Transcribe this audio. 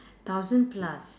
thousand plus